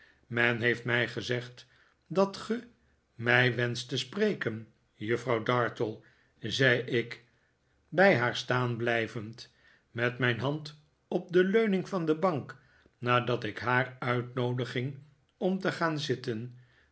men heeft mij gezegd dat ge mij wenscht te spreken juffrouw dartle zei ik bij haar staan blijvend met mijn hand op de leuning van de bank nadat ik haar uitnoodiging om te gaan zitten